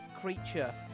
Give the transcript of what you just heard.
creature